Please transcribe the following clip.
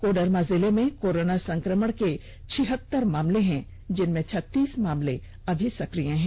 कोडरमा जिले में कोरोना संक्रमण के छिहत्तर मामले हैं जिसमें छत्तीस मामले अभी सकिय हैं